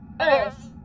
Earth